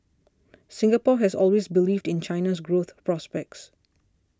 Singapore has always believed in China's growth prospects